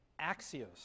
axios